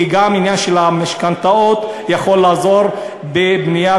כי גם העניין של המשכנתאות יכול לעזור בבניית